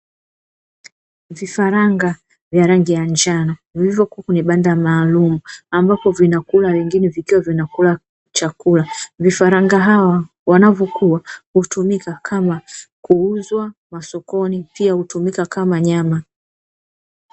Vifaranga vya rangi ya njano vilivyokuwa kwenye banda maalumu, ambapo vinakula wengine, vikiwa vinakula chakula, vifaranga hawa wanavyokua hutumika kama kuuzwa masokoni, pia hutumika kama nyama.